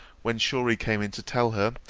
when shorey came in to tell her,